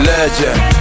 Legend